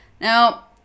Now